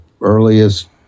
earliest